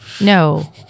No